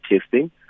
testing